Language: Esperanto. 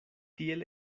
tiel